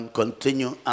continue